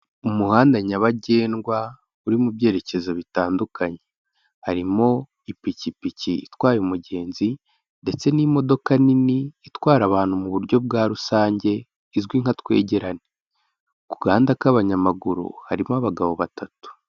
Umuhanda nyabagendwa, uri mu byerekezo bitandukanye, harimo ipikipiki itwaye umugenzi ndetse n'imodoka nini itwara abantu mu buryo bwa rusange, izwi nka twegerane, kugahanda k'abanyamaguru, harimo abagabo batatu.